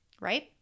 right